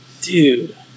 Dude